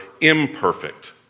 imperfect